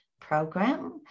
program